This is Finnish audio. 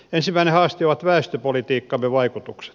ensimmäinen haaste on väestöpolitiikkamme vaikutukset